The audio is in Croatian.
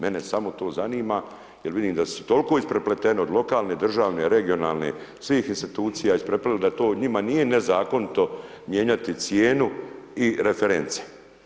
Mene samo to zanima, jer vidimo da su toliko isprepleteni, od lokalne, državne, regionalne, svih insinuacija, … da to njima nije nezakonito mijenjati cijenu i reference.